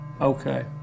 Okay